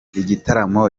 igitaramo